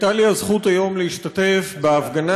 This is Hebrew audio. הייתה לי הזכות להשתתף היום בהפגנה